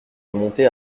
remonté